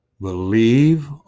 Believe